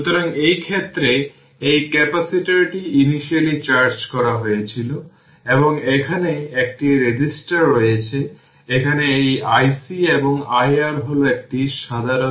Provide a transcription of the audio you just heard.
সুতরাং ক্যাপাসিটরে stored initial energy অবশেষে রেজিস্টর এর মধ্যে ডিসিপেট হয়ে পড়ে